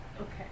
okay